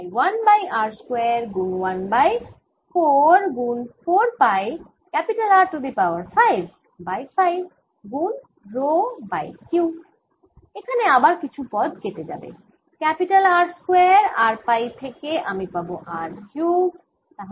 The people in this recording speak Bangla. তাই 1 বাই R স্কয়ার গুন 1 বাই 4 গুন 4 pi R to the power 5 by 5 গুন রো বাই Q এখানে আবার কিছু পদ কেটে যাবে R স্কয়ার R পাই থেকে আমি পাবো R কিউব